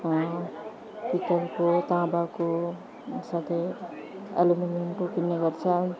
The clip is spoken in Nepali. पित्तलको ताँबाको साथै एल्युमिनियमको किन्ने गर्छ